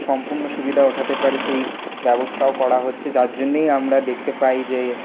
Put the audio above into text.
সম্পূর্ণ সুবিধা ওঠাতে পারে সেই ব্যবস্থাও করা হচ্ছে যার জন্যেই আমরা দেখতে পাই যে